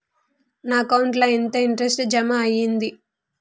నా అకౌంట్ ల ఎంత ఇంట్రెస్ట్ జమ అయ్యింది?